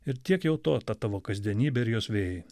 ir tiek jau to ta tavo kasdienybė ir jos vėjai